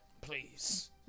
Please